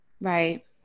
Right